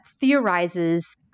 theorizes